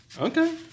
Okay